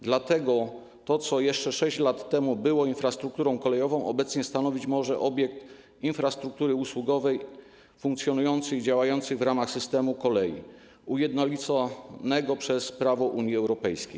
Dlatego to, co jeszcze 6 lat temu było infrastrukturą kolejową, obecnie stanowić może obiekt infrastruktury usługowej funkcjonujący i działający w ramach systemu kolei ujednolicanego przez prawo Unii Europejskiej.